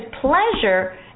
pleasure